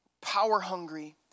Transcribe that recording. power-hungry